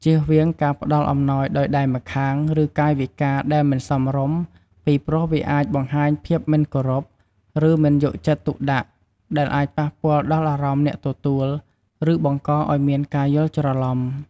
ជៀសវាងការផ្តល់អំណោយដោយដៃម្ខាង ឬកាយវិការដែលមិនសមរម្យ ពីព្រោះវាអាចបង្ហាញភាពមិនគោរព ឬមិនយកចិត្តទុកដាក់ ដែលអាចប៉ះពាល់ដល់អារម្មណ៍អ្នកទទួល ឬបង្កឲ្យមានការយល់ច្រឡំ។